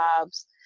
jobs